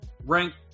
ranked